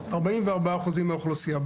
44% מהאוכלוסייה,